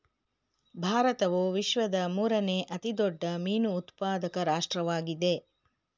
ಭಾರತವು ವಿಶ್ವದ ಮೂರನೇ ಅತಿ ದೊಡ್ಡ ಮೀನು ಉತ್ಪಾದಕ ರಾಷ್ಟ್ರವಾಗಿದೆ